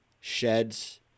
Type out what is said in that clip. sheds